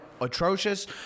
atrocious